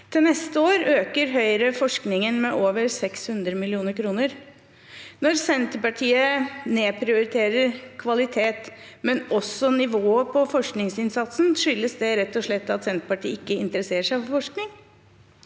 Til neste år øker Høyre forskningen med over 600 mill. kr. Når Senterpartiet nedprioriterer kvalitet og også nivået på forskningsinnsatsen, skyldes det rett og slett at Senterpartiet ikke interesserer seg for forskning?